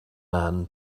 man